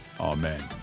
amen